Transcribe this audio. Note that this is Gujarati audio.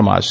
રમાશે